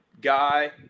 guy